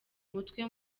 mutwe